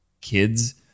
Kids